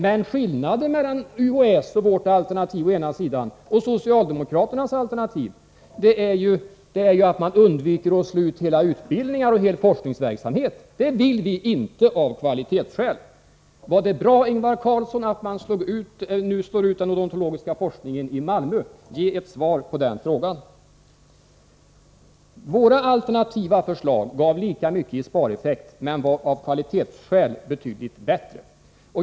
Men skillnaden mellan UHÄ:s och vårt alternativ å ena sidan och socialdemokraternas å den andra är ju att man, om man hade följt vårt förslag, hade undvikit att slå ut hela utbildningen och en hel forskningsverksamhet. Det vill vi inte göra, av kvalitetsskäl. Är det bra, Ingvar Carlsson, att man nu slår ut den odontologiska forskningen i Malmö? Ge ett svar på den frågan. Våra alternativa förslag gav lika mycket i spareffekt men var av kvalitetsskäl betydligt bättre.